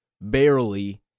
barely